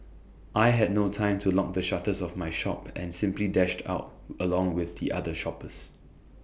I had no time to lock the shutters of my shop and simply dashed out along with the other shoppers